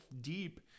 deep